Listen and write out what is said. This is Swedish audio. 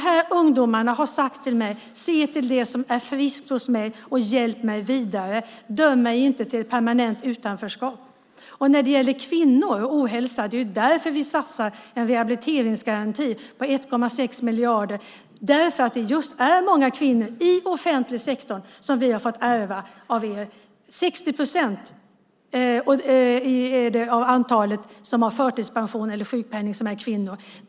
Dessa ungdomar har sagt till mig: Se till det som är friskt hos mig och hjälp mig vidare. Döm mig inte till ett permanent utanförskap. När det gäller kvinnor och ohälsa satsar vi på en rehabiliteringsgaranti på 1,6 miljarder. Det gör vi därför att vi i offentlig sektor har fått ärva många kvinnor av er. Det är 60 procent av antalet personer som har förtidspension eller sjukpenning som är kvinnor.